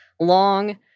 long